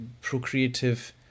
procreative